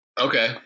Okay